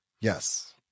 Yes